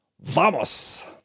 Vamos